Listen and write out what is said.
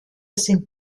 sind